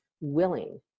willing